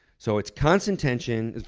so it's constant tension.